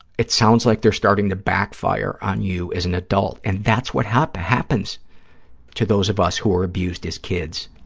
it sounds like they're starting to backfire on you as an adult, and that's what happens happens to those of us who were abused as kids.